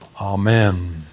Amen